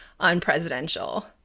unpresidential